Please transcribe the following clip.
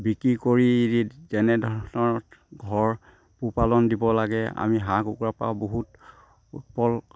বিক্ৰী কৰি যেনেধৰণৰ ঘৰ পোহ পালন দিব লাগে আমি হাঁহ কুকুৰা পা বহুত